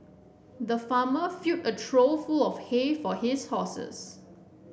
the farmer filled a trough full of hay for his horses